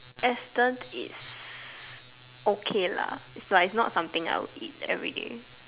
Astons is okay lah like it's not something I would eat everyday